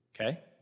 okay